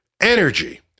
energy